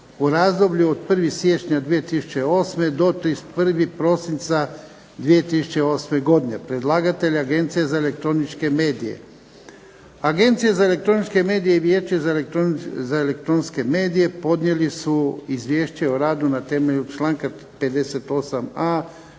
u razdoblju od 1. siječnja 2008. do 31. prosinca 2008. godine. Predlagatelj je Agencija za elektroničke medije. Agencija za elektroničke medije i Vijeće za elektronske medije podnijeli su izvješće o radu na temelju čl. 58a